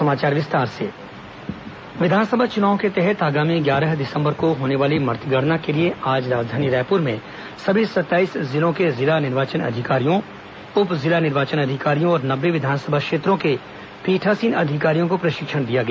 मतगणना प्रशिक्षण विधानसभा चूनाव के तहत आगामी ग्यारह दिसम्बर को होने वाली मतगणना के लिए आज राजधानी रायपुर में सभी सत्ताईस जिलों के जिला निर्वाचन अधिकारियों उप जिला निर्वाचन अधिकारियों और नब्बे विधानसभा क्षेत्रों के पीठासीन अधिकारियों को प्रशिक्षण दिया गया